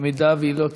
אם היא לא תהיה.